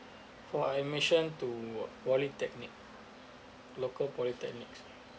for admission to polytechnic local polytechnics